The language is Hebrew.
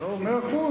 מאה אחוז,